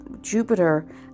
Jupiter